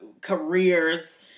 careers